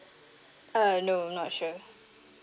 uh no not sure